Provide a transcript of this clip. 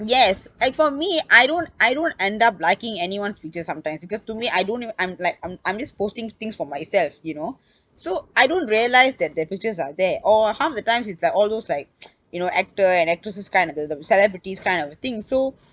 yes and for me I don't I don't end up liking anyone's pictures sometimes because to me I don't even I'm like I'm I'm just posting things for myself you know so I don't realise that the pictures are there or half the times is like all those like you know actor and actresses kind of the the celebrities kind of a thing so